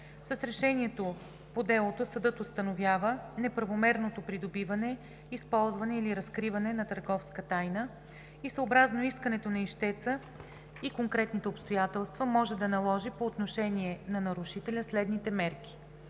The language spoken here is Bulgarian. С решението по делото съдът установява неправомерното придобиване, използване или разкриване на търговска тайна и съобразно искането на ищеца и конкретните обстоятелства може да наложи по отношение на нарушителя следните мерки: